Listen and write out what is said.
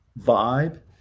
vibe